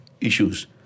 issues